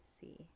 see